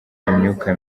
imyuka